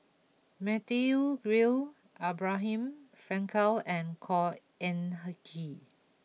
Matthew Ngui Abraham Frankel and Khor Ean Ghee